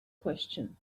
question